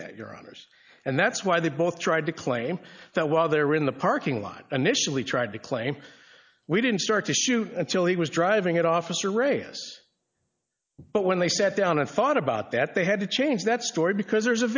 that your honour's and that's why they both tried to claim that while they were in the parking lot an issue he tried to claim we didn't start to shoot until he was driving at officer race but when they sat down and thought about that they had to change that story because there's a